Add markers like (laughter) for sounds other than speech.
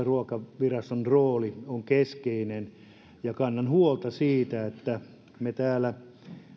(unintelligible) ruokaviraston rooli on keskeinen ja kannan huolta siitä että me täällä